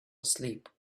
asleep